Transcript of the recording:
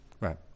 Right